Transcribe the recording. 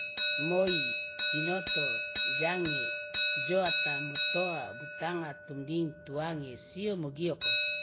Moi sinoto jange joata motoa butanga tumding tuange sio mogioko.